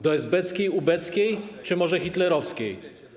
Do esbeckiej, ubeckiej czy może hitlerowskiej?